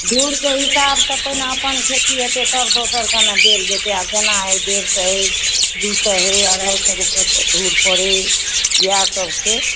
धूरके हिसाबसँ पहिने अपन खेती हेतै तब दोसरकेँ ने देल जेतै आब जेना होइ डेढ़ सए होइ दू सए होइ अढ़ाइ सए रुपए धूर पड़य इएहसभ छै